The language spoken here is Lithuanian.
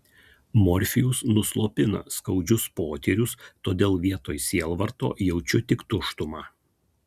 morfijus nuslopina skaudžius potyrius todėl vietoj sielvarto jaučiu tik tuštumą